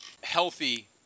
healthy